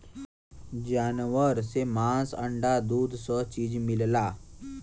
जानवर से मांस अंडा दूध स चीज मिलला